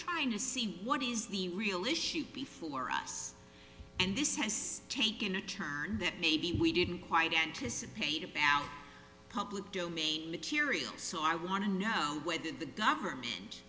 trying to see what is the real issue before us and this has taken a turn that maybe we didn't quite anticipate about public domain material so i want to know whether the government